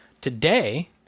Today